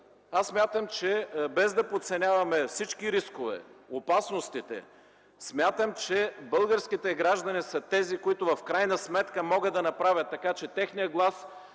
резултати. Без да подценяваме всички рискове, опасностите, смятам че българските граждани са тези, които в крайна сметка могат да направят така, че техният глас